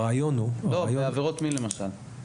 לא, בעבירות מין למשל.